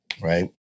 right